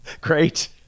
Great